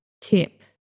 tip